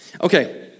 Okay